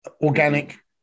organic